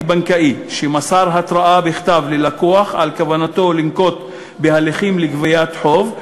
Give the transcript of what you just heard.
בנקאי שמסר התראה בכתב ללקוח על כוונתו לנקוט הליכים לגביית חוב,